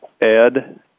ed